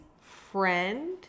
friend